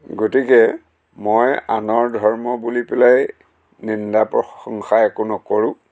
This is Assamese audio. গতিকে মই আনৰ ধৰ্ম বুলি পেলাই নিন্দা প্ৰশংসা একো নকৰোঁ